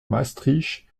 maastricht